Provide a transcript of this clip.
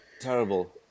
Terrible